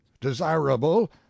desirable